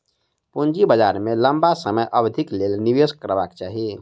पूंजी बाजार में लम्बा समय अवधिक लेल निवेश करबाक चाही